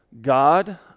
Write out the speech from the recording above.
God